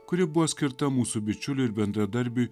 kuri buvo skirta mūsų bičiuliui ir bendradarbiui